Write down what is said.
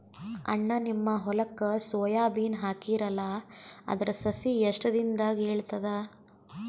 ಅಣ್ಣಾ, ನಿಮ್ಮ ಹೊಲಕ್ಕ ಸೋಯ ಬೀನ ಹಾಕೀರಲಾ, ಅದರ ಸಸಿ ಎಷ್ಟ ದಿಂದಾಗ ಏಳತದ?